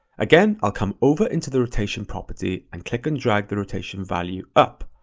again i'll come over into the rotation property and click and drag the rotation value up.